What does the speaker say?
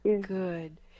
good